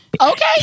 Okay